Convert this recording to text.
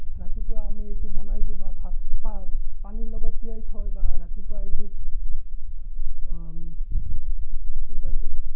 ৰাতিপুৱা আমি এইটো বনাই দিওঁ বা ভাত পা পানীৰ লগত তিয়াই থয় বা ৰাতিপুৱা এইটো কি কয় এইটো